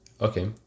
Okay